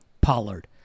Pollard